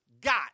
got